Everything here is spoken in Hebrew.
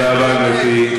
תודה רבה, גברתי.